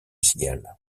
cigale